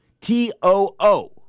T-O-O